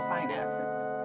finances